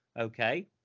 okay